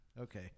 Okay